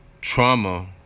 Trauma